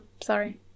Sorry